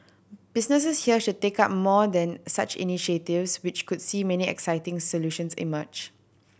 businesses here should take up more than such initiatives which could see many exciting solutions emerge